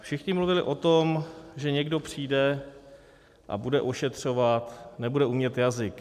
Všichni mluvili o tom, že někdo přijde a bude ošetřovat, nebude umět jazyk.